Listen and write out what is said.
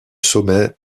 sommet